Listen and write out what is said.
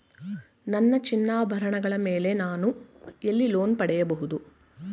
ನನ್ನ ಚಿನ್ನಾಭರಣಗಳ ಮೇಲೆ ನಾನು ಎಲ್ಲಿ ಲೋನ್ ಪಡೆಯಬಹುದು?